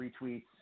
retweets